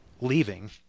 leaving